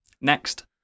Next